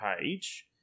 page